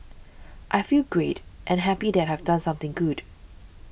I feel great and happy that I have done something good